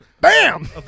Bam